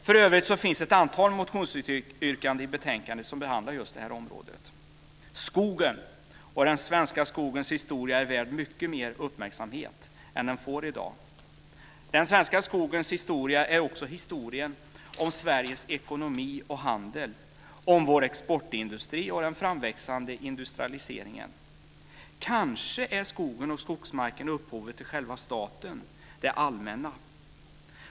För övrigt behandlar flera motionsyrkanden i betänkandet just detta område. Skogen och den svenska skogens historia är värda mycket mer uppmärksamhet än de får i dag. Den svenska skogens historia är också historien om Sveriges ekonomi och handel, om vår exportindustri och den framväxande industrialiseringen. Kanske är skogen och skogsmarken upphovet till själva staten - det allmänna.